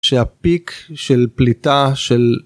שהפיק של פליטה של